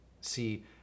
see